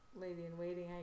lady-in-waiting